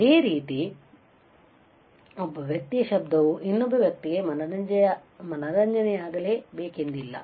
ಅದೇ ರೀತಿ ಒಬ್ಬ ವ್ಯಕ್ತಿಯ ಶಬ್ದವು ಇನ್ನೊಬ್ಬ ವ್ಯಕ್ತಿಗೆ ಮನರಂಜನೆಯಾಗಲೇಬೇಕೆಂದಿಲ್ಲ